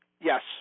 Yes